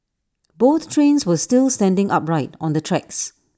both trains were still standing upright on the tracks